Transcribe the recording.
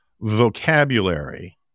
vocabulary